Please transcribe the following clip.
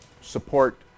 support